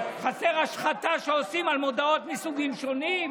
חסר השחתה שעושים על מודעות מסוגים שונים?